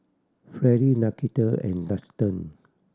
Freddy Nakita and Daxton